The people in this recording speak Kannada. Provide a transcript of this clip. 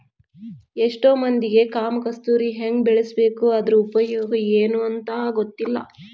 ಎಷ್ಟೋ ಮಂದಿಗೆ ಕಾಮ ಕಸ್ತೂರಿ ಹೆಂಗ ಬೆಳಿಬೇಕು ಅದ್ರ ಉಪಯೋಗ ಎನೂ ಅಂತಾ ಗೊತ್ತಿಲ್ಲ